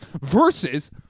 Versus